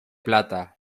plata